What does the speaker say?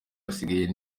basigaye